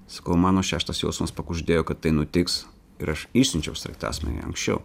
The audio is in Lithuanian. sakau mano šeštas jausmas pakuždėjo kad tai nutiks ir aš išsiunčiau sraigtasparnį anksčiau